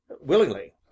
Willingly